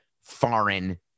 foreign